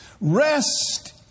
Rest